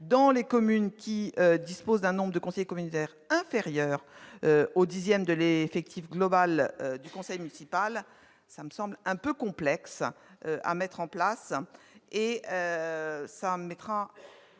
dans les communes qui disposent d'un nombre de conseillers communautaires inférieur au dixième de l'effectif du conseil municipal. Un tel dispositif me semble complexe à mettre en oeuvre.